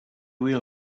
will